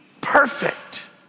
perfect